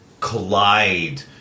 collide